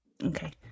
Okay